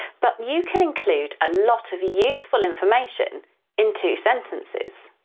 but you can include a lot of useful information in two sentences.